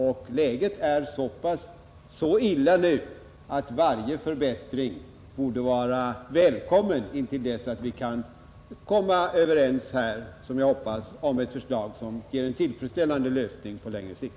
Och läget är så pass illa nu att varje förbättring borde vara välkommen intill dess att vi kan komma överens om ett förslag vilket, som jag hoppas, ger en tillfredsställande lösning på längre sikt.